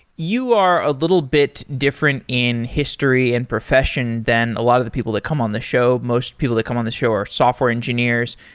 you are a little bit different in history and profession than a lot of the people that come on this show. most people that come on this show are software engineers.